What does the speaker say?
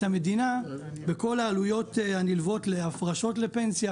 המדינה בכל העלויות הנלוות להפרשות לפנסיה,